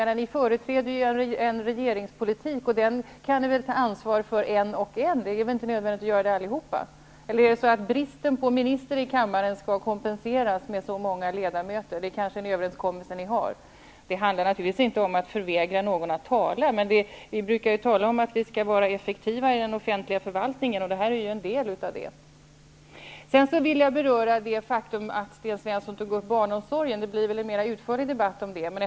Ni företräder ju en regeringspolitik, och den kan ni väl ta ansvar för en och en -- det är inte nödvändigt att alla gör det. Eller skall bristen på minister i kammaren kompenseras med så många ledamöter? Det kanske är den överenskommelse ni har. Det handlar naturligtvis inte om att förvägra någon att tala, men vi brukar säga att vi skall vara effektiva i den offentliga förvaltningen. Det här är en del av den. Jag vill beröra det faktum att Sten Svensson tog upp barnomsorgen -- som det väl blir en mer utförlig debatt om senare.